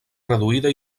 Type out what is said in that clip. reduïda